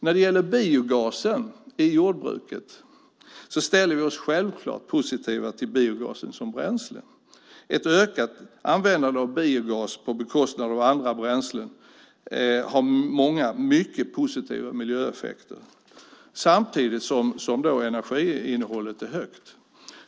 När det gäller biogasen i jordbruket ställer vi oss självklart positiva till biogasen som bränsle. Ett ökat användande av biogas på bekostnad av andra bränslen har många mycket positiva miljöeffekter samtidigt som energiinnehållet är högt.